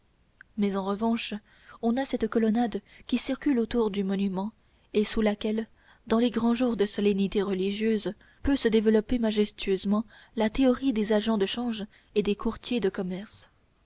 mais en revanche on a cette colonnade qui circule autour du monument et sous laquelle dans les grands jours de solennité religieuse peut se développer majestueusement la théorie des agents de change et des courtiers de commerce